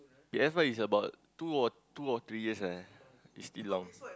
P_S four is about two or two or three years ah it's still long